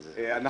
בבקשה, אדוני.